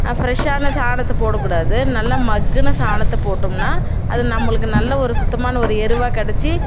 ஃப்ரெஷ்ஷான சாணத்தை போடக்கூடாது நல்லா மக்கின சாணத்தை போட்டோம்னா அது நம்மளுக்கு நல்ல ஒரு சுத்தமான ஒரு எருவாக கெடைச்சி